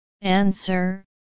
Answer